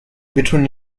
between